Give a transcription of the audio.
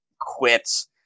quits